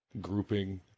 grouping